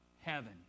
heaven